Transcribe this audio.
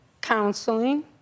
counseling